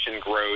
growth